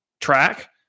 track